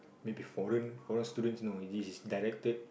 maybe foreign foreign students you know this is directed